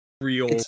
real